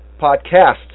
podcasts